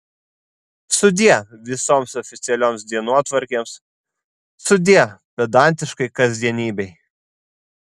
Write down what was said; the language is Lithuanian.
sudie visoms oficialioms dienotvarkėms sudie pedantiškai kasdienybei